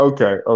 Okay